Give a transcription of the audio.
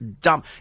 dumb